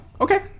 Okay